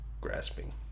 grasping